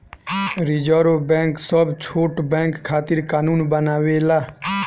reserve bank सब छोट bank खातिर कानून बनावेला